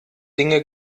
dinge